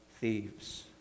thieves